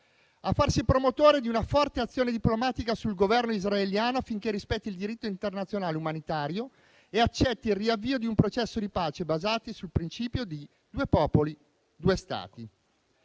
di farsi promotore di una forte azione diplomatica sul Governo israeliano affinché rispetti il diritto internazionale umanitario e accetti il riavvio di un processo di pace basato sul principio "due popoli, due Stati";